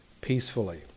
peacefully